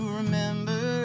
remember